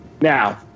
Now